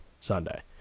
Sunday